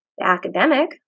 academic